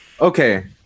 okay